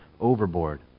overboard